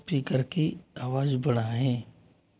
speaker की आवाज बढ़ाएँ